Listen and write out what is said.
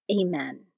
Amen